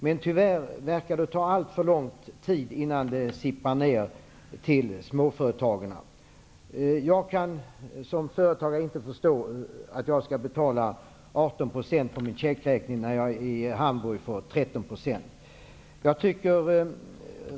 Men det verkar tyvärr ta alltför lång tid innan det sipprar ned till småföretagarna. Som företagare kan jag inte förstå att jag skall betala 18 % på min checkräkning, när jag i Hamburg får betala 13 %.